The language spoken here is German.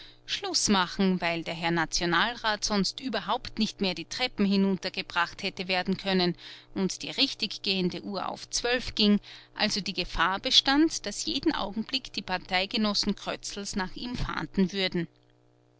schluß machen weil der herr nationalrat sonst überhaupt nicht mehr die treppen hinuntergebracht hätte werden können und die richtiggehende uhr auf zwölf ging also die gefahr bestand daß jeden augenblick die parteigenossen krötzls nach ihm fahnden würden